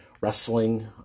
wrestling